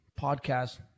podcast